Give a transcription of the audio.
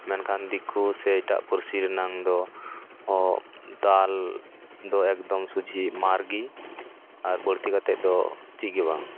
ᱢᱮᱱᱠᱷᱟᱱ ᱫᱤᱠᱩ ᱥᱮ ᱮᱴᱟᱜ ᱯᱟᱹᱨᱥᱤ ᱨᱮᱱᱟᱝ ᱫᱚ ᱦᱚᱸ ᱫᱟᱞ ᱫᱚ ᱮᱠᱫᱚᱢ ᱥᱚᱡᱷᱮ ᱢᱟᱨᱜᱮ ᱟᱨ ᱵᱟᱹᱲᱛᱤ ᱠᱟᱛᱮᱫ ᱫᱚ ᱪᱮᱫ ᱜᱮ ᱵᱟᱝ